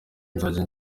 nzajya